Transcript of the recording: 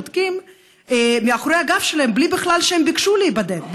בודקים מאחורי הגב שלהם בלי שהם ביקשו להיבדק בכלל,